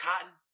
cotton